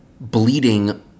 bleeding